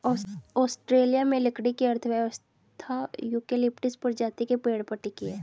Australia में लकड़ी की अर्थव्यवस्था यूकेलिप्टस प्रजाति के पेड़ पर टिकी है